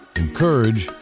encourage